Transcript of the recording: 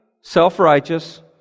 self-righteous